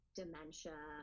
dementia